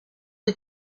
est